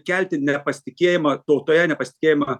kelti nepasitikėjimą tautoje nepasitikėjimą